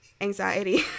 anxiety